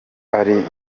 ari